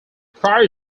prior